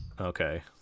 okay